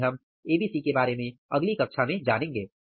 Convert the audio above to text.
यानी हम ABC के बारे में अगली कक्षा में जानेंगे